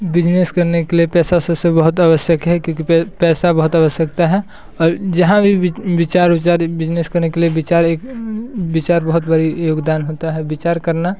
business करने के लिए पैसा सबसे बहुत आवश्यक है क्योंकि पैसा बहुत आवश्यकता है और जहाँ भी विचार उचार बिजनेस करने के लिए विचार एक विचार बहुत बड़ी योगदान होता है विचार करना